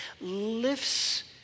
lifts